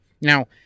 Now